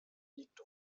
liegt